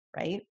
right